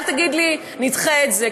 ואל תגיד לי: נדחה את זה,